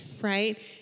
right